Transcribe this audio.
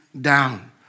down